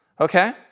Okay